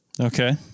Okay